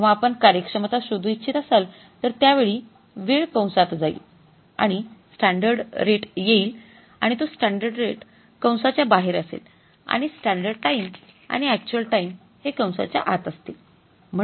जेव्हा आपण कार्यक्षमता शोधू इच्छित असाल तर त्यावेळी वेळ कंसात जाईल आणि स्टॅंडर्ड रेट येईल आणि तो स्टॅंडर्ड रेट कंसाच्या बाहेर असेल आणि स्टॅंडर्ड टाईम आणि अक्चुअल टाईम हे कंसाच्या आत असतील